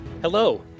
Hello